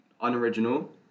unoriginal